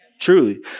Truly